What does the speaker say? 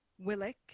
Willick